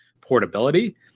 portability